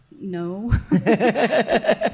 No